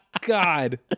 God